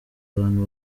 abantu